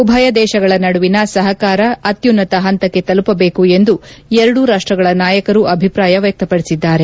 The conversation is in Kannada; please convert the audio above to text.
ಉಭಯ ದೇಶಗಳ ನಡುವಿನ ಸಹಕಾರ ಅತ್ಯುನ್ನತ ಪಂತಕ್ಕೆ ತಲುಪಬೇಕು ಎಂದು ಎರಡೂ ರಾಷ್ಸಗಳ ನಾಯಕರು ಅಭಿಪ್ರಾಯ ವ್ಯಕ್ತಪಡಿಸಿದ್ದಾರೆ